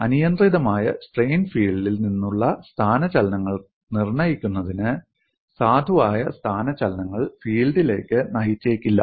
അനിയന്ത്രിതമായ സ്ട്രെയിൻ ഫീൽഡിൽ നിന്നുള്ള സ്ഥാനചലനങ്ങൾ നിർണ്ണയിക്കുന്നത് സാധുവായ സ്ഥാനചലന ഫീൽഡിലേക്ക് നയിച്ചേക്കില്ല